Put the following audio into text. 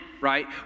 right